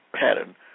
pattern